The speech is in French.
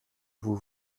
vous